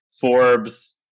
Forbes